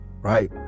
right